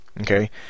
Okay